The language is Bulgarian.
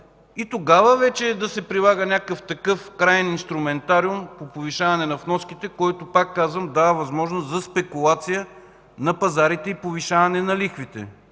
и тогава вече да се прилага някакъв такъв краен инструментариум по повишаване на вноските, който, пак казвам, дава възможност за спекулация на пазарите и повишаване на лихвите?